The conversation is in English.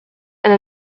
and